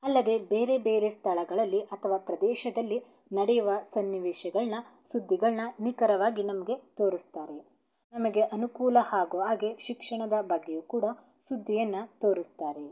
ಅಲ್ಲದೇ ಬೇರೆ ಬೇರೆ ಸ್ಥಳಗಳಲ್ಲಿ ಅಥವಾ ಪ್ರದೇಶದಲ್ಲಿ ನಡೆಯುವ ಸನ್ನಿವೇಶಗಳನ್ನ ಸುದ್ದಿಗಳನ್ನ ನಿಖರವಾಗಿ ನಮಗೆ ತೋರಿಸ್ತಾರೆ ನಮಗೆ ಅನುಕೂಲ ಆಗೋ ಹಾಗೆ ಶಿಕ್ಷಣದ ಬಗ್ಗೆಯೂ ಕೂಡ ಸುದ್ದಿಯನ್ನು ತೋರಿಸ್ತಾರೆ